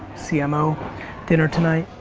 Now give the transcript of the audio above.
cmo dinner tonight.